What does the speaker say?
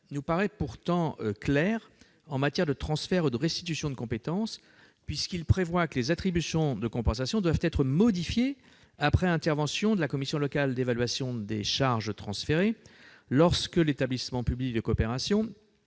nous paraît pourtant clair en matière de transfert ou de restitution de compétences, puisqu'il dispose que les attributions de compensation doivent être modifiées après intervention de la commission locale d'évaluation des charges transférées lorsque l'EPCI à fiscalité propre